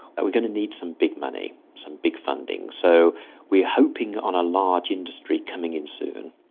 we're going to need some big money, some big funding. so we're hoping on a large industry coming in soon.